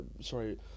sorry